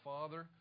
Father